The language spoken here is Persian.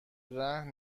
رهن